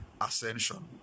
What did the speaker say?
ascension